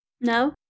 No